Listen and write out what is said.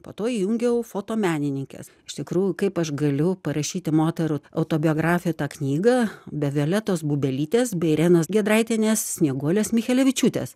po to įjungiau fotomenininkes iš tikrųjų kaip aš galiu parašyti moterų autobiografija tą knygą be violetos bubelytės be irenos giedraitienės snieguolės michelevičiūtės